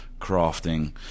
crafting